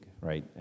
right